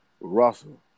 Russell